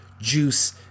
juice